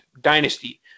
dynasty